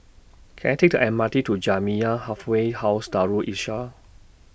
Can I Take The M R T to Jamiyah Halfway House Darul Islah